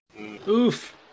Oof